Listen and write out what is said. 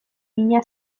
mina